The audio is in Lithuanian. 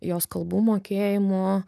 jos kalbų mokėjimu